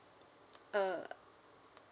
uh